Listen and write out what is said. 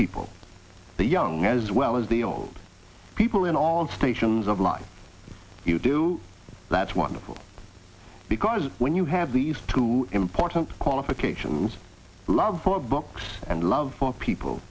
people the young as well as the old people in all stations of life if you do that's wonderful because when you have these two important qualifications love for books and love for people